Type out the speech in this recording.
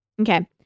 Okay